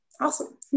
awesome